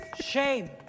Shame